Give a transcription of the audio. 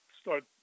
start